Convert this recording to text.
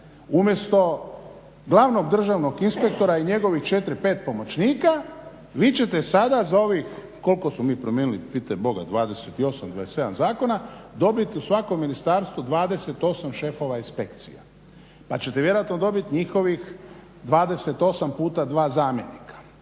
umjesto glavnog državnog inspektora i njegovih 4, 5 pomoćnika vi ćete sada za ovih, koliko smo mi promijenili pitaj Boga, 28, 27 zakona, dobiti u svakom ministarstvu 28 šefova inspekcija. Pa ćete vjerojatno dobiti njihovih 28 puta 2 zamjenika.